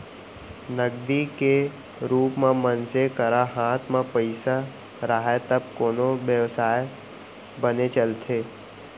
नगदी के रुप म मनसे करा हात म पइसा राहय तब कोनो बेवसाय बने चलथे